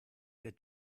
der